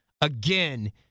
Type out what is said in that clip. again